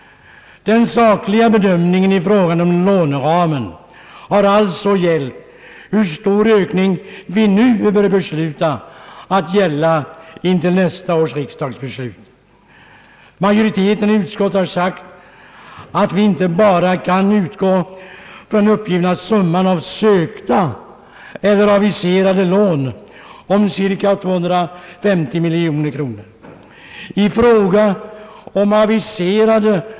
Den sakliga bedömningen i fråga om låneramen har alltså gällt hur stor ök ning vi nu bör besluta att gälla intill nästa års riksdags beslut. Utskottsmajoriteten har sagt att vi inte bara kan utgå från den uppgiften att summan av sökta eller aviserade lån är cirka 250 miljoner kronor.